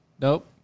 Nope